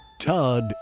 Todd